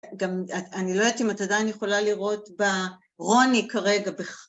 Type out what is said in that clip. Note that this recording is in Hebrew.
גם אני לא יודעת אם אתה עדיין יכולה לראות ברוני כרגע